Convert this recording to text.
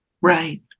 Right